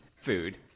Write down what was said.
food